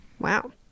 wow